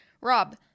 Rob